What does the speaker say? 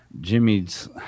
jimmy's